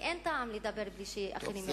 כי אין טעם לדבר בלי שאחרים יבינו.